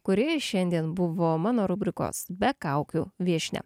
kuri šiandien buvo mano rubrikos be kaukių viešnia